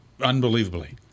unbelievably